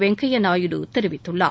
வெங்கையா நாயுடு தெரிவித்தார்